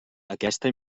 aquesta